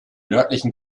nördlichen